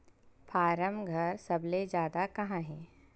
form घर सबले जादा कहां हे